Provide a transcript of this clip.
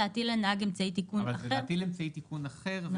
להטיל על הנהג אמצעי תיקון אחר.